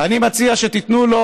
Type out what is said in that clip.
אני מציע שתיתנו לו